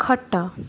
ଖଟ